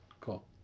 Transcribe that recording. Cool